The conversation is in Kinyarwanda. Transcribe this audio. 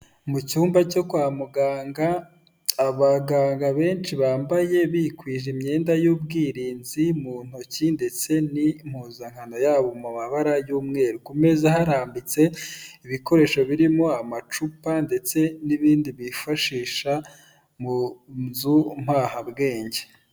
Mu cyumba cyo kwa muganga, abaganga benshi bambaye bikwije imyenda y'ubwirinzi, mu ntoki ndetse n'impuzankano yabo mu mabara y'umweru, ku meza harambitse ibikoresho birimo amacupa ndetse n'ibindi bifashisha mu nzu mpahabwenge.